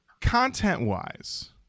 Content-wise